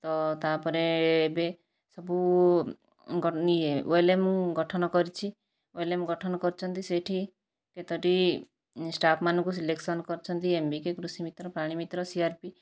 ତ ତା'ପରେ ଏବେ ସବୁ ଇଏ ଓଏଲ୍ଏମ୍ ଗଠନ କରିଛି ଓଏଲ୍ଏମ୍ ଗଠନ କରିଛନ୍ତି ସେଇଠି କେତୋଟି ଷ୍ଟାଫ୍ମାନଙ୍କୁ ସିଲେକ୍ସନ କରିଛନ୍ତି ଏମ୍ବିକେ କୃଷି ମିତ୍ର ପ୍ରାଣୀ ମିତ୍ର ସିଆର୍ପି